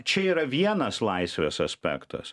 čia yra vienas laisvės aspektas